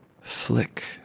flick